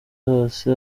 zose